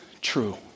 true